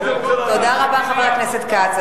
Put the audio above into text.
תודה רבה, חבר הכנסת כץ.